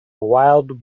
wild